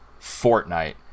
Fortnite